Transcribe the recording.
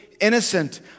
innocent